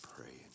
praying